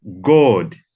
God